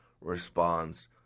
responds